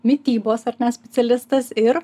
mitybos ar ne specialistas ir